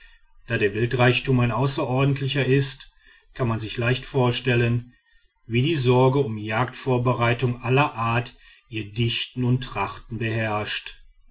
da der wildreichtum ein außerordentlicher ist kann man sich leicht vorstellen wie die sorge um jagdvorbereitungen aller art ihr dichten und trachten beherrscht